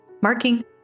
marking